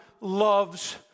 loves